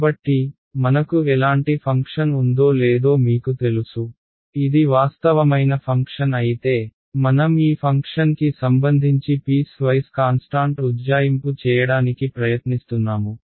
కాబట్టి మనకు ఎలాంటి ఫంక్షన్ ఉందో లేదో మీకు తెలుసు ఇది వాస్తవమైన ఫంక్షన్ అయితే మనం ఈ ఫంక్షన్కి సంబంధించి పీస్ వైస్ కాన్స్టంట్ ఉజ్జాయింపు చేయడానికి ప్రయత్నిస్తున్నాము